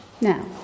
Now